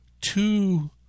two